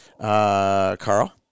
Carl